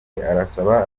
arasaba